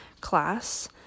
class